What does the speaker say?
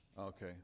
Okay